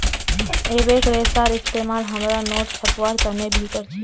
एबेक रेशार इस्तेमाल हमरा नोट छपवार तने भी कर छी